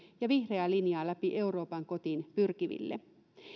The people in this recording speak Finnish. ja vihreää linjaa läpi euroopan kotiin pyrkiville